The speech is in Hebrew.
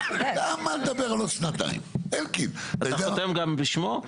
אתה מדבר גם בשמו?